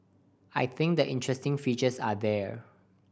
I think the interesting features are there